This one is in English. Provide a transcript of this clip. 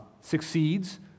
succeeds